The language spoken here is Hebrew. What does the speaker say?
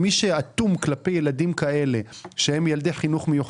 מי שאטום כלפי ילדים כאלה שהם ילדי חינוך מיוחד,